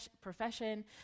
profession